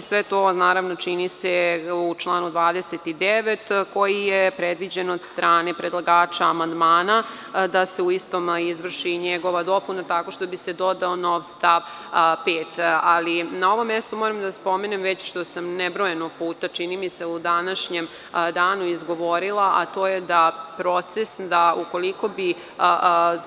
Sve to naravno čini se u članu 29. koji je predviđen od strane predlagača amandmana da se u istom izvrši i njegova dopuna tako što bi se dodao nov stav 5. Na ovom mestu moram da spomenem već što sam nebrojeno puta čini mi se u današnjem danu izgovorila, a to je da ukoliko bi